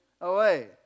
away